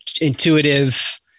intuitive